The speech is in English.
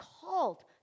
called